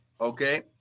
okay